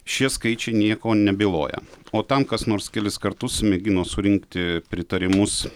šie skaičiai nieko nebyloja o tam kas nors kelis kartus mėgino surinkti pritarimus